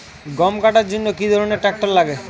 গম কাটার জন্য কি ধরনের ট্রাক্টার লাগে?